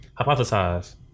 hypothesize